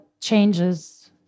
changes